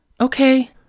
Okay